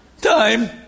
Time